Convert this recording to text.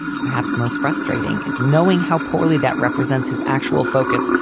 perhaps most frustrating is knowing how poorly that represents his actual focus,